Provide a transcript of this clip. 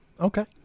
Okay